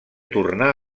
tornar